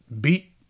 beat